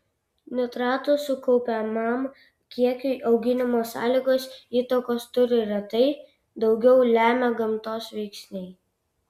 nitratų sukaupiamam kiekiui auginimo sąlygos įtakos turi retai daugiau lemia gamtos veiksniai